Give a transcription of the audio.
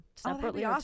Separately